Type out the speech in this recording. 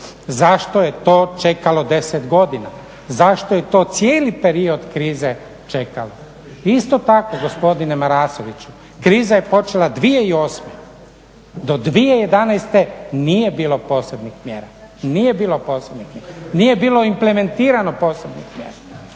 zašto je to čekalo 10 godina, zašto je to cijeli period krize čekalo. Isto tako gospodine Marasoviću, kriza je počela 2008., do 2011. nije bilo posebnih mjera, nije bilo posebnih mjera.